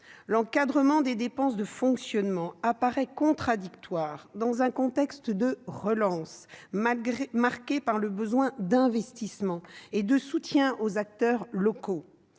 L'encadrement des dépenses de fonctionnement apparaît contradictoire, dans un contexte de relance marqué par le besoin d'investissement et de soutien aux acteurs locaux.